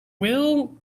will